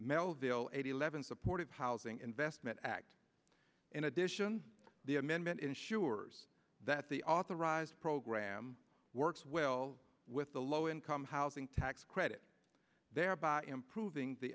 melville eight eleven supportive housing investment act in addition the amendment ensures that the authorized program works well with the low income housing tax credit thereby improving the